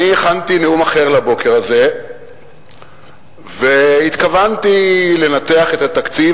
הכנתי נאום אחר לבוקר הזה והתכוונתי לנתח את התקציב,